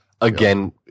Again